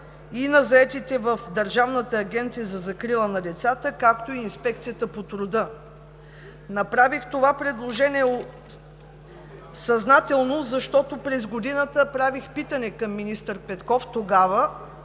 по заетостта, и в Държавната агенция за закрила на децата, както и в Инспекцията по труда. Направих това предложение съзнателно, защото през годината правих питане към министър Петков, тогава